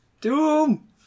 Doom